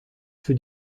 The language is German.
für